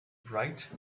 bright